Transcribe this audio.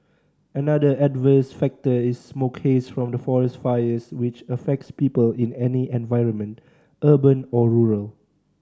another adverse factor is smoke haze from forest fires which affects people in any environment urban or rural